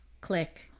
click